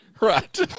Right